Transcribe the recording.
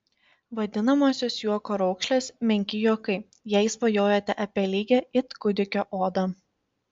vadinamosios juoko raukšlės menki juokai jei svajojate apie lygią it kūdikio odą